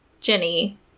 Jenny